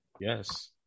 Yes